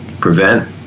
prevent